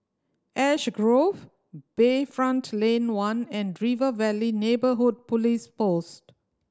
Ash Grove Bayfront Lane One and River Valley Neighbourhood Police Post